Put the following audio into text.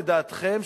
לדעתכם,